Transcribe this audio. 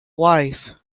wife